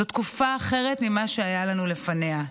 זו תקופה אחרת ממה שהיה לנו לפניה.